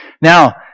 Now